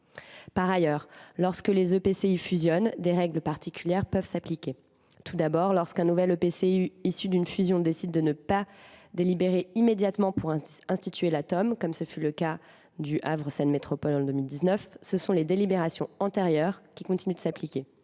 Par ailleurs, lorsque des EPCI fusionnent, des règles particulières peuvent s’appliquer. Tout d’abord, lorsqu’un nouvel EPCI, issu d’une fusion, décide de ne pas délibérer immédiatement pour instituer la Teom, comme ce fut le cas pour Le Havre Seine Métropole en 2019, ce sont les délibérations antérieures qui continuent de s’appliquer.